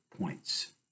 points